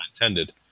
intended